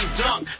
dunk